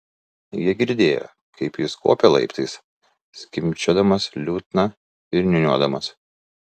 jie girdėjo kaip jis kopia laiptais skimbčiodamas liutnia ir niūniuodamas